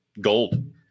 gold